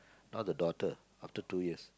now the daughter after two years